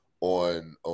on –